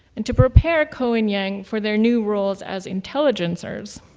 and to prepare ko and yang for their new roles as intelligencers,